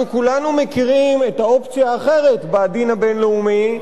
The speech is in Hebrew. אנחנו כולנו מכירים את האופציה האחרת בדין הבין-לאומי,